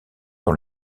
dans